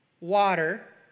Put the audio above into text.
water